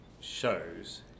shows